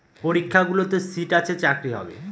পরীক্ষাগুলোতে সিট আছে চাকরি হবে